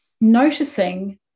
noticing